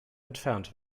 entfernt